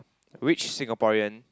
which Singaporean